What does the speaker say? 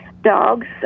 dogs